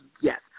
yes